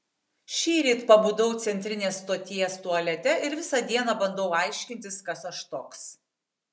šįryt pabudau centrinės stoties tualete ir visą dieną bandau aiškintis kas aš toks